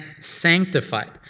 sanctified